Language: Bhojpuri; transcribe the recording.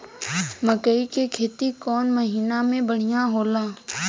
मकई के खेती कौन महीना में बढ़िया होला?